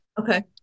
Okay